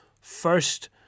First